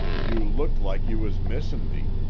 you looked like you was missin' me,